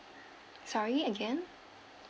sorry again